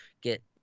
get